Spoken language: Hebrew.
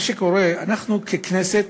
מה שקורה, אנחנו ככנסת,